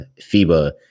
FIBA